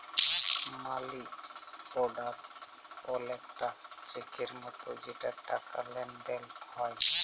মালি অড়ার অলেকটা চ্যাকের মতো যেটতে টাকার লেলদেল হ্যয়